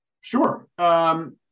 Sure